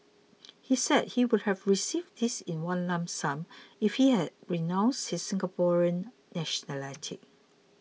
he said he would have received this in one lump sum if he had renounced his Singaporean nationality